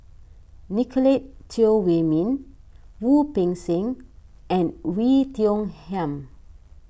Nicolette Teo Wei Min Wu Peng Seng and Oei Tiong Ham